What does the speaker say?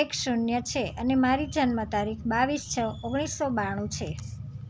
એક શૂન્ય છે અને મારી જન્મ તારીખ બાવીસ છ ઓગણીસો બાણું છે